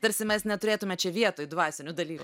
tarsi mes neturėtume čia vietoj dvasinių dalykų